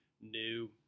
new